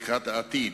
לקראת העתיד.